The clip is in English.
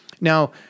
Now